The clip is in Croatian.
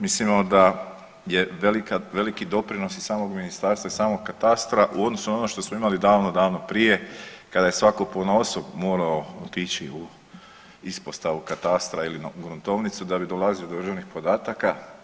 Mislimo da je veliki doprinos i samog ministarstva i samog katastra u odnosu na ono što smo imali davno, davno prije kada je svako ponaosob morao otići u ispostavu katastra ili gruntovnicu da bi dolazio do određenih podataka.